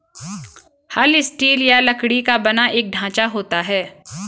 हल स्टील या लकड़ी का बना एक ढांचा होता है